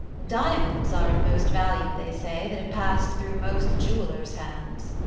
diamonds are of most value, they say, that have pass'd through most jewellers' hands.